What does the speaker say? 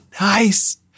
nice